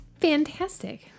fantastic